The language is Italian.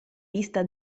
vista